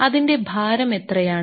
അതിന്റെ ഭാരം എത്രയാണ്